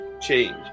change